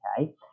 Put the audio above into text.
Okay